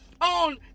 on